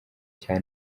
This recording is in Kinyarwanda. cya